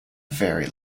very